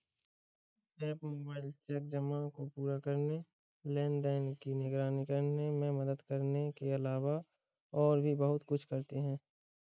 app mobile check जमा को पूरा करने, लेनदेन की निगरानी करने में मदद करने के अलावा और भी बहुत कुछ करते हैं